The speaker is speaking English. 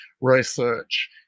research